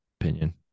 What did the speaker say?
opinion